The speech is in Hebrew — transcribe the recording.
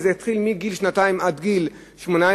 וזה יתחיל מגיל שנתיים עד גיל 18,